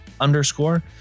underscore